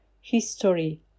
history